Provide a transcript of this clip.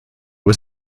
was